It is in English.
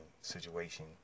situation